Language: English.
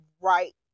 right